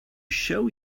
show